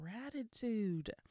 gratitude